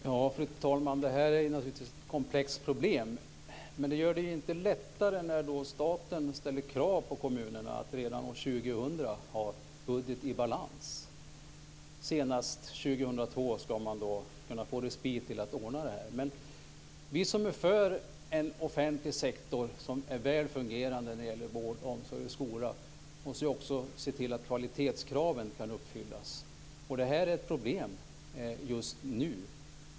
Fru talman! Det här är naturligtvis ett komplext problem, men det gör det inte lättare när staten ställer krav på kommunerna att redan år 2000 ha en budget i balans. Till senast 2002 ska man kunna få respit att ordna detta. Vi som är för en offentlig sektor som är väl fungerande när det gäller vård, omsorg och skola måste också se till att kvalitetskraven kan uppfyllas. Det här är ett problem just nu.